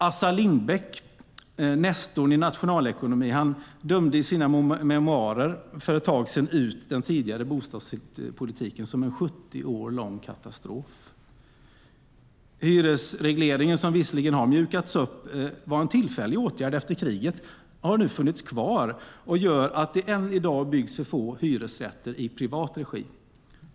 Assar Lindbeck, nestorn i nationalekonomi, dömde i sina memoarer för ett tag sedan ut den tidigare bostadspolitiken som en 70 år lång katastrof. Hyresregleringen, som visserligen har mjukats upp, var en tillfällig åtgärd efter kriget men har funnits kvar och gör att det än i dag byggs för få hyresrätter i privat regi.